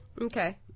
Okay